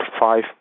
five